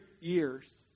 years